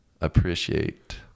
appreciate